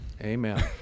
Amen